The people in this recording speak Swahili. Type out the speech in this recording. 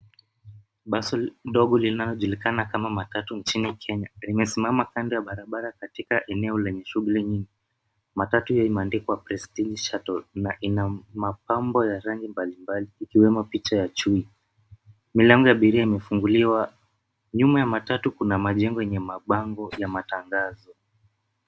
Basi ndogo linajulikana kama matatu nchini Kenya, limesimama kando ya barabara katika eneo lenye shughuli nyingi. Matatu hiyo imeandikwa Prestige Shuttle na ina mapambo ya rangi mbalimbali ikiwemo picha ya chui. Mlango ya abiria imefunguliwa. Nyuma ya matatu kuna majengo yenye mabango ya matangazo.